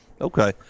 okay